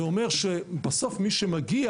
זה אומר שבסוף מי שמגיע,